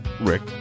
Rick